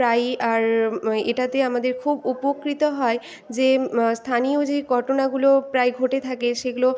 প্রায়ই আর এটাতে আমাদের খুব উপকৃত হয় যে স্থানীয় যে ঘটনাগুলো প্রায় ঘটে থাকে সেগুলো